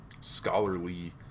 scholarly